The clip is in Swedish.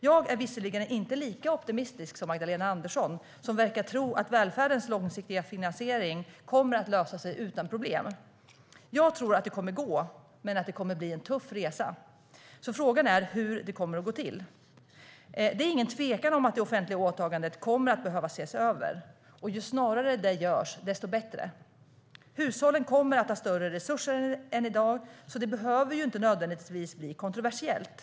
Jag är visserligen inte lika optimistisk som Magdalena Andersson, som verkar tro att välfärdens långsiktiga finansiering kommer att lösa sig utan problem. Jag tror att det kommer att gå men att det kommer att bli en tuff resa. Frågan är hur det kommer att gå till. Det är ingen tvekan om att det offentliga åtagandet kommer att behöva ses över. Ju snarare det görs, desto bättre. Hushållen kommer att ha större resurser än i dag, så det behöver ju inte nödvändigtvis bli kontroversiellt.